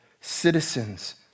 citizens